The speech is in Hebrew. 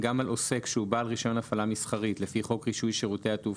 גם על עוסק שהוא בעל רישיון הפעלה מסחרית לפי חוק רישוי שירותי התעופה,